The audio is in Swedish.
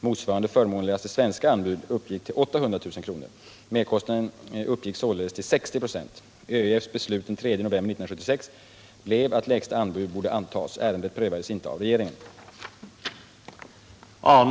Motsvarande förmånligaste svenska anbud belöpte sig till 800000 kr. Merkostnaden uppgick således till 60 26. ÖEF:s beslut den 3 november 1976 blev att det lägsta anbudet borde antas. Ärendet prövades inte av regeringen.